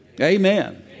Amen